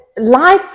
life